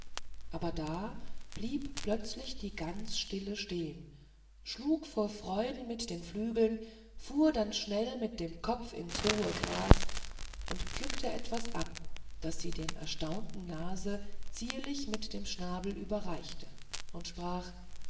aber da blieb plötzlich die gans stillestehen schlug vor freuden mit den flügeln fuhr dann schnell mit dem kopf ins hohe gras und pflückte etwas ab das sie dem erstaunten nase zierlich mit dem schnabel überreichte und sprach